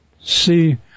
see